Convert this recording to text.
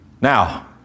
Now